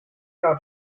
调查